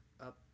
up